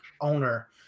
owner